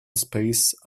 space